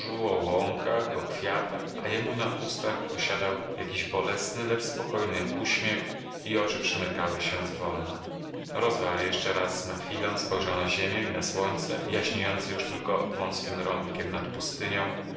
łąkach o kwiatach a jemu na ustach osiadał jakiś bolesny lecz spokojny uśmiech i oczy przymykały się zwolna rozwarł je jeszcze raz na chwilę spojrzał na ziemię i na słońce jaśniejące już tylko wązkim rąbkiem nad pustynią